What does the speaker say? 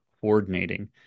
coordinating